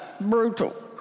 Brutal